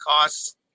costs